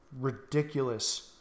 ridiculous